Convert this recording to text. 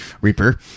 Reaper